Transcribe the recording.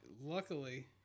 luckily